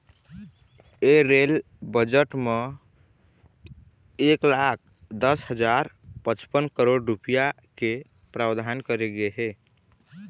ए rail budget म एक लाख दस हजार पचपन करोड़ रूपिया के प्रावधान करे गे हे